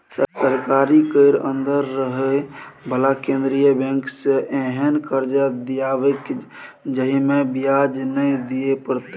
सरकारी केर अंदर रहे बला केंद्रीय बैंक सँ एहेन कर्जा दियाएब जाहिमे ब्याज नै दिए परतै